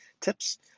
tips